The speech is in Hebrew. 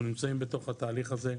אנחנו נמצאים בתוך התהליך הזה.